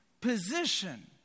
position